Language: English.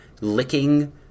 licking